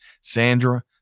Sandra